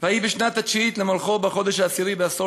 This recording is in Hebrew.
"ויהי בשנת התשיעית למלכו בחֹדש העשירי בעשור